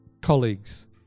colleagues